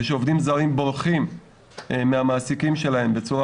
ושעובדים זרים בורחים מהמעסיקים שלהם בצורה